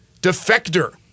defector